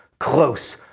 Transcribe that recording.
close!